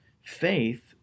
faith